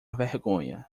vergonha